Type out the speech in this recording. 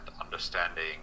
understanding